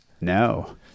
no